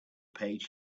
page